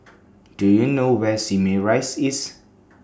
Do YOU know Where Simei Rise IS